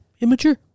immature